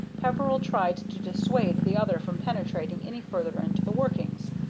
peveril tried to dissuade the other from penetrating any farther into the workings,